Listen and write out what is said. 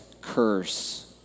curse